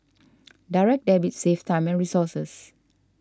direct debit saves time and resources